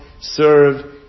serve